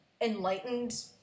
enlightened